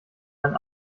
ein